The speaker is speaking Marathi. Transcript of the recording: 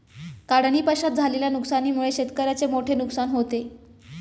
काढणीपश्चात झालेल्या नुकसानीमुळे शेतकऱ्याचे मोठे नुकसान होते